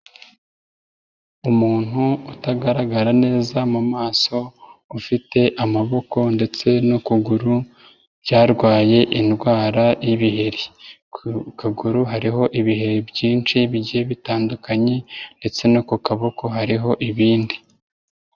Umuntu utagaragara neza mu maso ufite amaboko ndetse n'ukuguru byarwaye indwara y'ibiheri, ku kaguru hariho ibiheri byinshi bigiye bitandukanye ndetse no ku kaboko hariho ibindi.